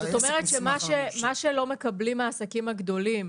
זאת אומרת שמה שלא מקבלים העסקים הגדולים